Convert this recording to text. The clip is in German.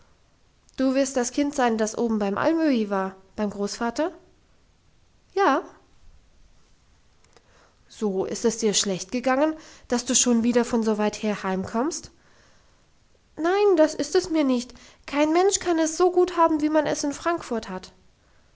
du wirst das kind sein das oben beim alm öhi war beim großvater ja so ist es dir schlecht gegangen dass du schon wieder von so weit her heimkommst nein das ist es mir nicht kein mensch kann es so gut haben wie man es in frankfurt hat